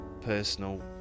personal